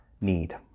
need